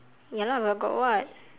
ya lah but got what